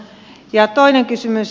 ja toinen kysymys